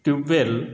tubewell